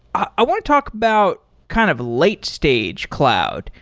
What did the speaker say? i want to talk about kind of late stage cloud.